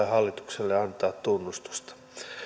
hallitukselle antaa tunnustusta